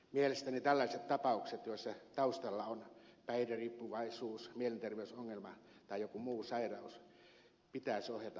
mielestäni tällaiset tapaukset joissa taustalla on päihderiippuvaisuus mielenterveysongelma tai joku muu sairaus pitäisi ohjata hoitoon